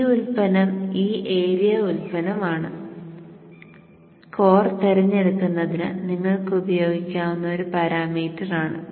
ഈ ഉൽപ്പന്നം ഈ ഏരിയ ഉൽപ്പന്നമാണ് കോർ തിരഞ്ഞെടുക്കുന്നതിന് നിങ്ങൾക്ക് ഉപയോഗിക്കാവുന്ന ഒരു പാരാമീറ്ററാണ്